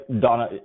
Donna